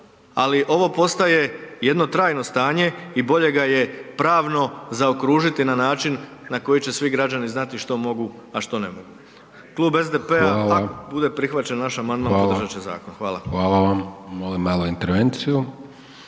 ali ovo postaje jedno trajno stanje i bolje ga je pravno zaokružiti na način na koji će svi građani znati što mogu, a što ne mogu. Klub SDP-a …/Upadica: Hvala/…ako bude prihvaćen naš amandman …/Upadica: Hvala/…podržat će zakon. Hvala. **Hajdaš Dončić, Siniša